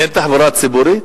אין תחבורה ציבורית?